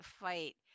fight